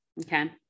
Okay